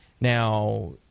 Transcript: Now